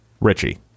Richie